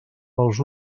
els